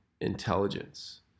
intelligence